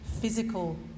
physical